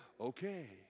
okay